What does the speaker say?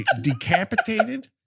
decapitated